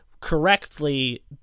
Correctly